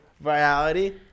reality